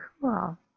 Cool